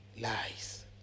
Lies